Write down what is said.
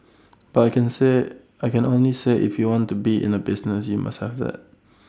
but I can say I can only say if you want to be in A business you must have that